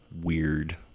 weird